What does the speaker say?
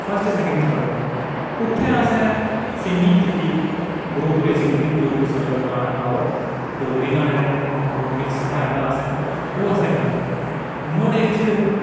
ते first second third औना हा उत्थै असें सिंगिंग कीती ग्रुप बिच कीती ग्रुप गाना हा ओह् डोगरी गाने दा इक ओह् मिक्स बनाए दा हा असें ओह् असें गाया नुआढ़े च